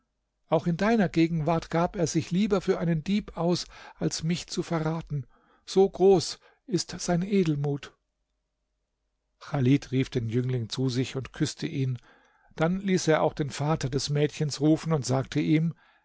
auch in deiner gegenwart gab er sich lieber für einen dieb aus als mich zu verraten so groß ist sein edelmut chalid rief den jüngling zu sich und küßte ihn dann ließ er auch den vater des mädchens rufen und sagte ihm